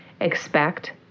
expect